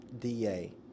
DA